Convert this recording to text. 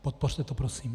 Podpořte to prosím.